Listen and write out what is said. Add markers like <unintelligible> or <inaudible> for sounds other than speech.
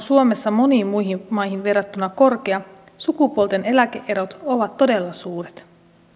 <unintelligible> suomessa moniin muihin maihin verrattuna korkea sukupuolten eläke erot ovat todella suuret